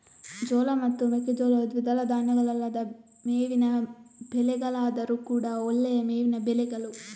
ಜೋಳ ಮತ್ತು ಮೆಕ್ಕೆಜೋಳವು ದ್ವಿದಳ ಧಾನ್ಯಗಳಲ್ಲದ ಮೇವಿನ ಬೆಳೆಗಳಾದ್ರೂ ಕೂಡಾ ಒಳ್ಳೆಯ ಮೇವಿನ ಬೆಳೆಗಳು